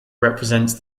represents